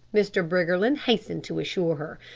mr. briggerland hastened to assure her.